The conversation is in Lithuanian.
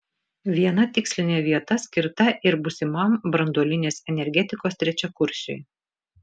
viena tikslinė vieta skirta ir būsimam branduolinės energetikos trečiakursiui